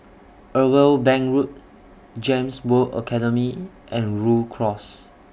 Irwell Bank Road Gems World Academy and Rhu Cross